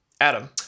Adam